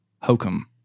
hokum